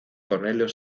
cornelio